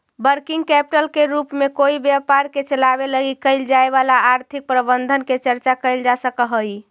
working capital के रूप में कोई व्यापार के चलावे लगी कैल जाए वाला आर्थिक प्रबंधन के चर्चा कैल जा सकऽ हई